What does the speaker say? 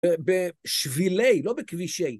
בשבילי, לא בכבישי.